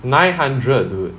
nine hundred dude